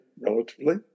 relatively